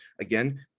again